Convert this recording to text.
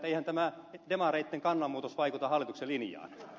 eihän tämä demareitten kannanmuutos vaikuta hallituksen linjaan